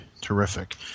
terrific